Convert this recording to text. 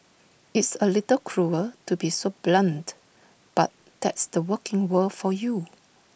it's A little cruel to be so blunt but that's the working world for you